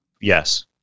yes